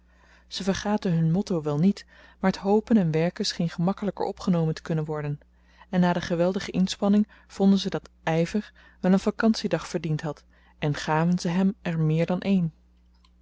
ze vergaten hun motto wel niet maar t hopen en werken scheen gemakkelijker opgenomen te kunnen worden en na de geweldige inspanning vonden ze dat ijver wel een vacantiedag verdiend had en gaven ze er hem meer dan een